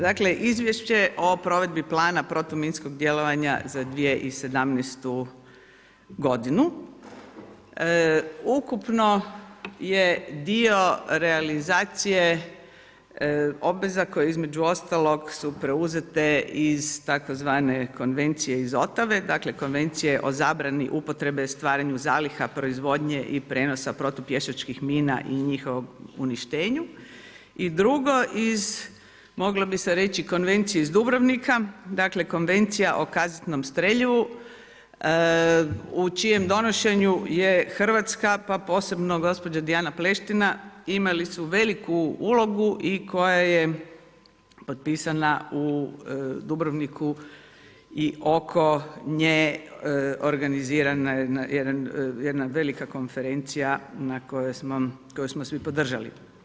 Dakle, izvješće o provedbi plana protuminskog djelovanja za 2017. g. ukupno je dio realizacije obveza koje između ostalog su preuzete iz tzv. konvencije iz Otave, dakle, konvencija o zabrani upotrebe stvaranju zaliha proizvodnje i prijenosa protupješačkih mina i njihovom uništenju i drugo iz mogla bi se reći Konvencija iz Dubrovnika, dakle konvencija o kaznenom strelju u čijem donošenju je Hrvatska, pa posebno gospođa Dijana Pleština, imali su veliku ulogu i koja je potpisana u Dubrovniku i oko nje organizirana jedna velika konvencija koju smo svi podržali.